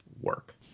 work